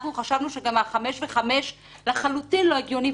אנחנו חשבנו שגם החמש וחמש הוא לחלוטין לא הגיוני,